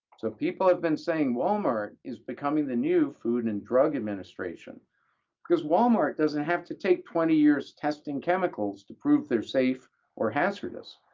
so people have been saying walmart is becoming the new food and drug administration because walmart doesn't have to take twenty years testing chemicals to prove they're safe or hazardous.